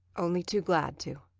only too glad to.